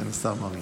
נחבא אל הכלים.